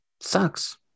sucks